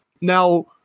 Now